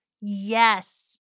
Yes